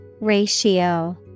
Ratio